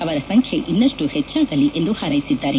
ಅವರ ಸಂಖ್ಯೆ ಇನ್ನಷ್ಟು ಹೆಚ್ಚಾಗಲಿ ಎಂದು ಹಾರ್ವೆಸಿದ್ದಾರೆ